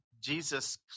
Jesus